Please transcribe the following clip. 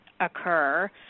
occur